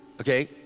okay